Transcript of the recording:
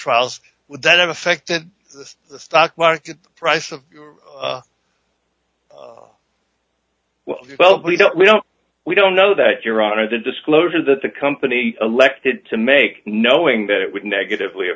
trials with that effect in the stock market price of your well well we don't we don't we don't know that your honor the disclosure that the company elected to make knowing that it would negatively